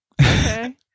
Okay